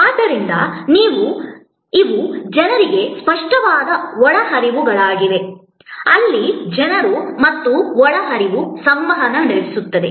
ಆದ್ದರಿಂದ ಇವು ಜನರಿಗೆ ಸ್ಪಷ್ಟವಾದ ಒಳಹರಿವುಗಳಾಗಿವೆ ಅಲ್ಲಿ ಜನರು ಮತ್ತು ಒಳಹರಿವು ಸಂವಹನ ನಡೆಯುತ್ತದೆ